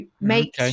make